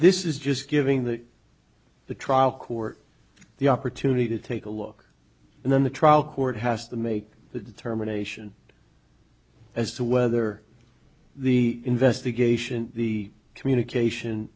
this is just giving that the trial court the opportunity to take a look and then the trial court has to make the determination as to whether the investigation the communication